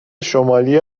شمالی